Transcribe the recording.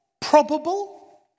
probable